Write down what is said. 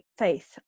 faith